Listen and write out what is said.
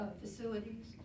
facilities